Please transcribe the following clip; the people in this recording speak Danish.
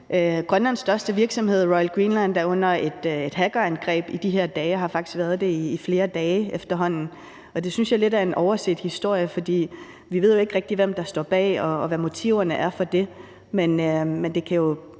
Grønlands største virksomhed, Royal Greenland, er under et hackerangreb i de her dage og har faktisk været det i flere dage efterhånden. Det synes jeg lidt er en overset historie, for vi ved jo ikke rigtig, hvem der står bag, og hvad motiverne er for det. Men det kan jo